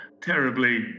terribly